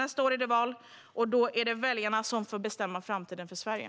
Nästa år är det val, och då får väljarna bestämma framtiden för Sverige.